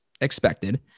expected